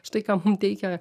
štai ką mum teikia